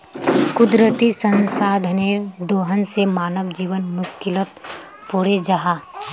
कुदरती संसाधनेर दोहन से मानव जीवन मुश्कीलोत पोरे जाहा